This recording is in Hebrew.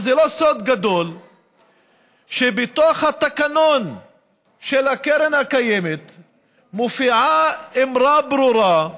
זה לא סוד גדול שבתוך התקנון של קרן הקיימת מופיעה אמירה ברורה,